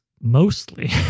mostly